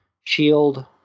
Shield